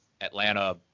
Atlanta